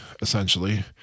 essentially